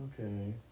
Okay